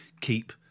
keep